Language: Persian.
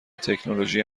تکنولوژی